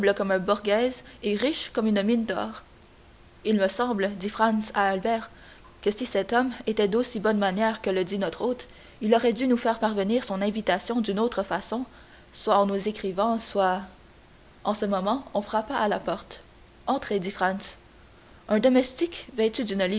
et riche comme une mine d'or il me semble dit franz à albert que si cet homme était d'aussi bonnes manières que le dit notre hôte il aurait dû nous faire parvenir son invitation d'une autre façon soit en nous écrivant soit en ce moment on frappa à la porte entrez dit franz un domestique vêtu d'une